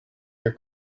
your